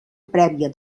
prèvia